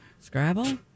Scrabble